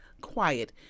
quiet